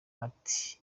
ati